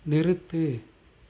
நிறுத்து